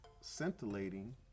scintillating